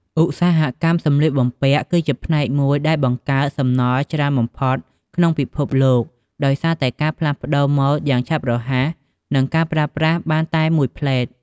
ឧស្សាហកម្មសម្លៀកបំពាក់គឺជាផ្នែកមួយដែលបង្កើតសំណល់ច្រើនបំផុតក្នុងពិភពលោក ដោយសារតែការផ្លាស់ប្តូរម៉ូដយ៉ាងឆាប់រហ័ស និងការប្រើប្រាស់បានតែមួយភ្លែត។